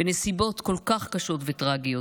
בנסיבות כל כך קשות וטרגיות.